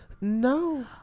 No